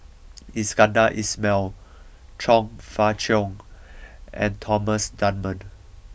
Iskandar Ismail Chong Fah Cheong and Thomas Dunman